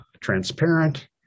transparent